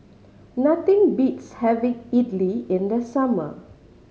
nothing beats having Idili in the summer